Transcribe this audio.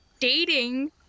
dating